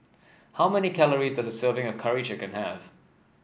how many calories does a serving of Curry Chicken have